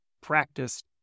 practiced